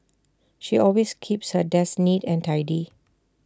she always keeps her desk neat and tidy